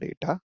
data